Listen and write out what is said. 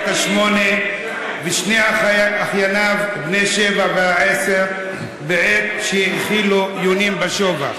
השמונה ושני אחייניו בני השבע והעשר בעת שהאכילו יונים בשובך.